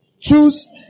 Choose